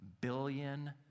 billion